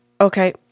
okay